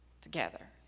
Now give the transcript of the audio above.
together